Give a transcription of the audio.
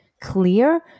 clear